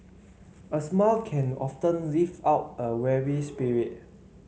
a smile can often lift up a weary spirit